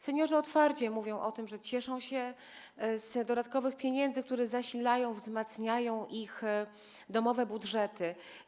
Seniorzy otwarcie mówią o tym, że cieszą się z dodatkowych pieniędzy, które zasilają, wzmacniają ich domowe budżety.